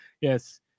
Yes